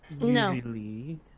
No